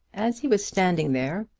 as he was standing there,